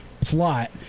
plot